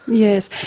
yes,